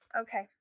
Okay